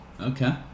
Okay